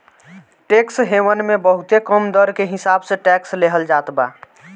tax haven मे बहुते कम दर के हिसाब से टैक्स लेहल जात बा